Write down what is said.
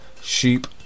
Sheep